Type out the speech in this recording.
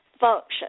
function